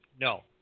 no